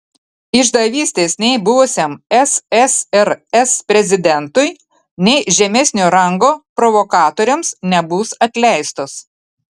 išdavystės nei buvusiam ssrs prezidentui nei žemesnio rango provokatoriams nebus atleistos